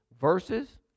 verses